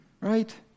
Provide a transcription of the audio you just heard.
Right